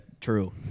true